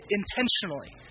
intentionally